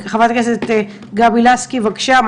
חברת הכנסת גבי לסקי, בבקשה.